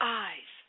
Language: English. eyes